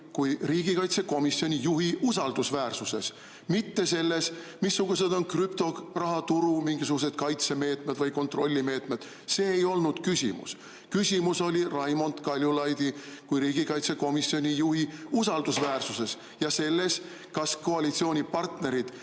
kui riigikaitsekomisjoni juhi usaldusväärsuses, mitte selles, missugused on krüptorahaturu mingisugused kaitsemeetmed või kontrollimeetmed. See ei olnud küsimus. Küsimus oli Raimond Kaljulaidi kui riigikaitsekomisjoni juhi usaldusväärsuses ja selles, kas koalitsioonipartnerid